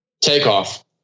Takeoff